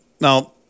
Now